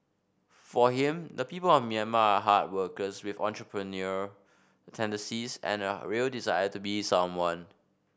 for him the people of Myanmar are hard workers with entrepreneurial tendencies and a real desire to be someone